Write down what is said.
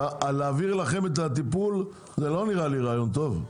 להעביר לכם את הטיפול, זה לא נראה לי רעיון טוב,